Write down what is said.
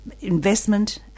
investment